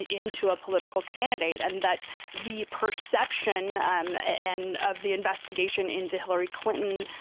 into a political candidate, and that the perception um and of the investigation into hillary clinton,